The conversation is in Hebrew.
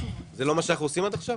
זה לא מה שאנחנו עושים עכשיו?